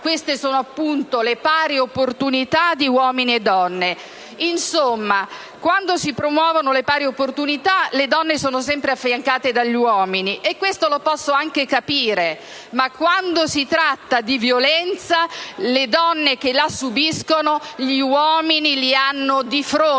queste sono - appunto - le «pari opportunità di uomini e donne». Insomma, quando si promuovono le pari opportunità, le donne sono sempre affiancate dagli uomini (cosa che posso anche capire), ma quando si tratta di violenza, le donne che la subiscono gli uomini li hanno di fronte.